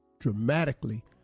dramatically